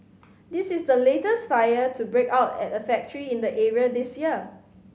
this is the latest fire to break out at a factory in the area this year